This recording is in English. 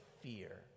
fear